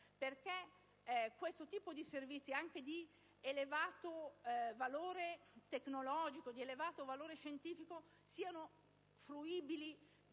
perché questo tipo di servizi, anche di elevato valore tecnologico e scientifico, siano fruibili da